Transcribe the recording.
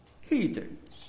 heathens